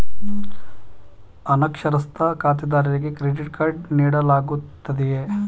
ಅನಕ್ಷರಸ್ಥ ಖಾತೆದಾರರಿಗೆ credit card ನೀಡಲಾಗುತ್ತದೆಯೇ?